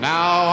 Now